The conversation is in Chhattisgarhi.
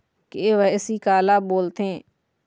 के.वाई.सी काला बोलथें?